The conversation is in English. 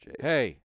Hey